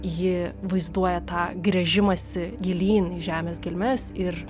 ji vaizduoja tą gręžimąsi gilyn į žemės gelmes ir